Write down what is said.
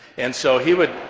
and, so he would.